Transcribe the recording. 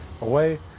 away